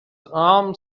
arm